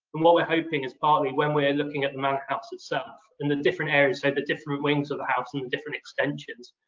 and what we're hoping is partly when we're looking at the manor house itself in the different areas, so and the different wings of the house and the different extensions,